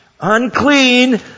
unclean